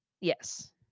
yes